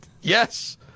yes